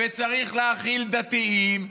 וצריך להכיל דתיים,